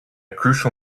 crucial